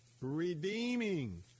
redeeming